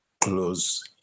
close